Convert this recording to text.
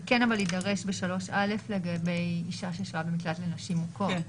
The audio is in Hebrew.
זה כן אבל יידרש ב-3א לגבי אישה ששוהה במקלט לנשים מוכות.